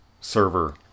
server